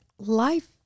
Life